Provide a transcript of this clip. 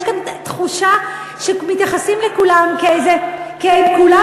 יש כאן תחושה שמתייחסים לכולם כאל מסתננים,